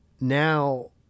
now